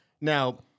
Now